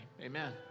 Amen